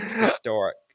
Historic